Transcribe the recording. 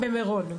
במירון?